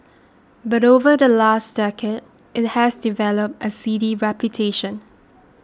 but over the last decade it has developed a seedy reputation